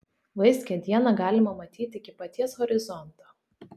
vaiskią dieną galima matyti iki paties horizonto